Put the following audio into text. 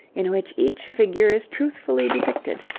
in which each figure is truthfully depicted,